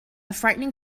frightening